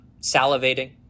salivating